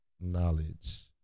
Knowledge